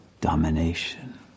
domination